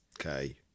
Okay